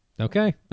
Okay